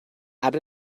add